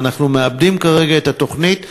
אנחנו מעבדים כרגע את התוכנית,